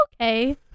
Okay